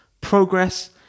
progress